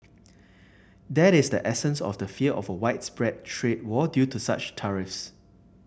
that is the essence of the fear of a widespread trade war due to such tariffs